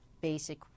basic